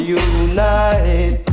unite